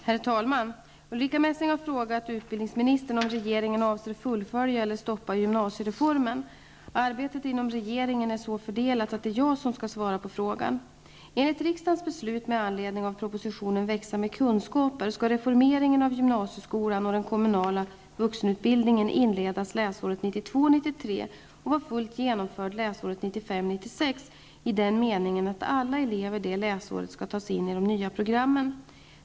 Herr talman! Ulrica Messing har frågat utbildningsministern om regeringen avser fullfölja eller stoppa gymnasiereformen. Arbetet inom regeringen är så fördelat att det är jag som skall svara på frågan. 1992 96 i den meningen att alla elever det läsåret skall tas in i de nya programmen.